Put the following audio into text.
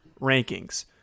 rankings